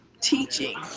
teaching